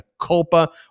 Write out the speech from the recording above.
Culpa